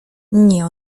nie